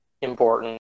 important